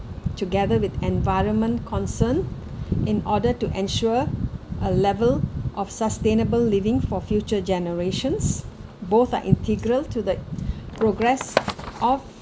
together with environment concern in order to ensure a level of sustainable living for future generations both are integral to the progress of